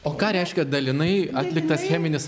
o ką reiškia dalinai atliktas cheminis